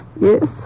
Yes